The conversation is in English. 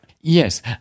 Yes